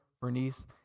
Bernice